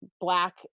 black